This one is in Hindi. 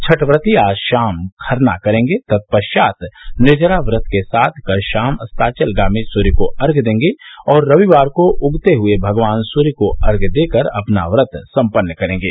छठ व्रती आज शाम खरना करेंगे तत्पश्चात् निर्जला व्रत के साथ कल शाम अस्ताचलगामी सूर्य को अर्घ्य देंगे और रविवार को उगते हुये भगवान सूर्य को अर्घ्य देकर अपना व्रत सम्पन्न करेंगे